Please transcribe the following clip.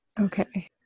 Okay